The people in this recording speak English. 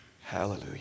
hallelujah